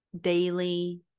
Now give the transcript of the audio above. daily